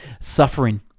Suffering